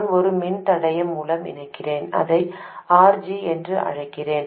நான் ஒரு மின்தடையம் மூலம் இணைத்தேன் அதை RG என்று அழைக்கிறேன்